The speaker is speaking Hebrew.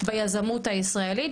ביזמות הישראלית,